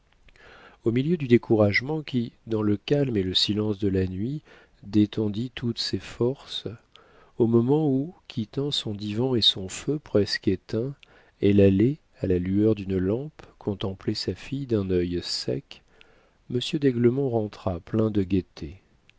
au milieu du découragement qui dans le calme et le silence de la nuit détendit toutes ses forces au moment où quittant son divan et son feu presque éteint elle allait à la lueur d'une lampe contempler sa fille d'un œil sec monsieur d'aiglemont rentra plein de gaieté